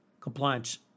compliance